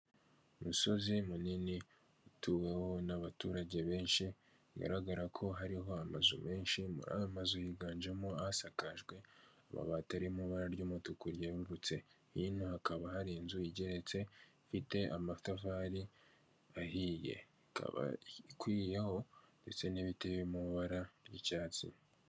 Umusozi munini utuweho n'abaturage benshi bigaragara ko hariho amazu menshi, muri ayo mazu higanjemo asakajwe amabati ari mu ibara ry'umutuku ryererutse, hino hakaba hari inzu igeretse irite amatafari ahiye, ikaba ikwiriyeho ndetse n'ibiti biri mu ibara ry'icyatsi.